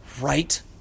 right